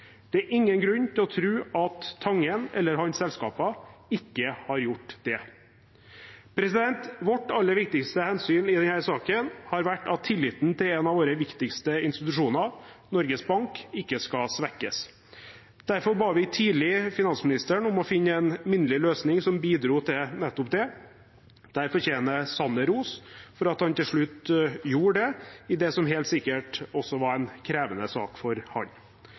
Det er ingen grunn til å tro at Tangen eller hans selskaper ikke har gjort det. Vårt aller viktigste hensyn i denne saken har vært at tilliten til en av våre viktigste institusjoner, Norges Bank, ikke skal svekkes. Derfor ba vi tidlig finansministeren om å finne en minnelig løsning som bidro til nettopp det. Sanner fortjener ros for at han til slutt gjorde det, i det som helt sikkert var en krevende sak også for